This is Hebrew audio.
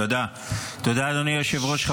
תודה, אדוני היושב-ראש.